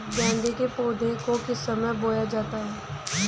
गेंदे के पौधे को किस समय बोया जाता है?